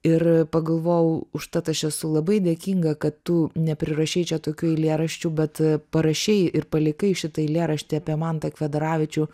ir pagalvojau užtat aš esu labai dėkinga kad tu neprirašei čia tokių eilėraščių bet parašei ir palikai šitą eilėraštį apie mantą kvedaravičių